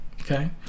okay